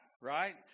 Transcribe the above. right